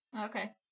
Okay